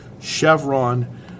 Chevron